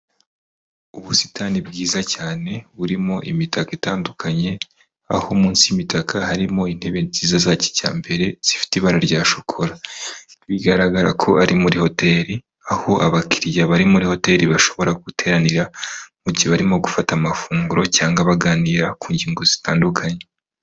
Ubusitani bwiza cyane burimo imitaka itandukanye, aho munsi y'imitaka harimo intebe nziza za kijyambere, zifite ibara rya shokora, bigaragara ko ari muri hoteri, aho abakiriya bari muri hoteri bashobora guteranira mu gihe barimo gufata amafunguro cyangwa baganira ku ngingo zitandukanye.